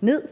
ned